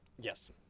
Yes